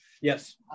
Yes